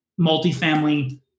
multifamily